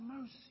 mercy